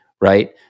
Right